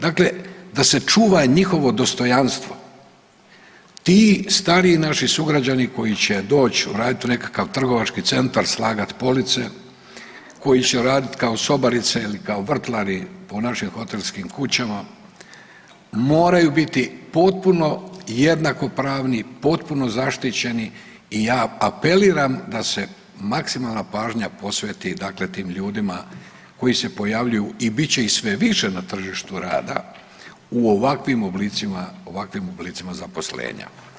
Dakle, da se čuva njihovo dostojanstvo, ti stariji naši sugrađani koji će doći raditi u nekakav trgovački centar, slagat police, koji će raditi kao sobarica ili kao vrtlari po našim hotelskim kućama moraju biti potpuno jednakopravni, potpuno zaštićeni i ja apeliram da se maksimalna pažnja posveti dakle tim ljudima koji se pojavljuju i bit će ih sve više na tržištu rada u ovakvim oblicima, u ovakvim oblicima zaposlenja.